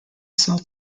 cell